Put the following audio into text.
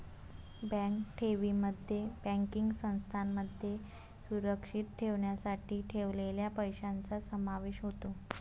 bank ठेवींमध्ये banking संस्थांमध्ये सुरक्षित ठेवण्यासाठी ठेवलेल्या पैशांचा समावेश होतो